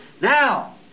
Now